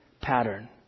pattern